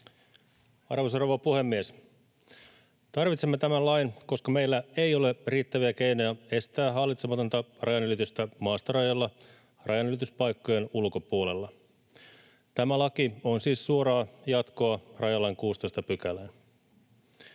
Arvoisa rouva puhemies! Tarvitsemme tämän lain, koska meillä ei ole riittäviä keinoja estää hallitsematonta rajanylitystä maastorajalla rajanylityspaikkojen ulkopuolella. Tämä laki on siis suoraa jatkoa rajalain 16 §:ään.